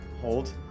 Hold